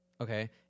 okay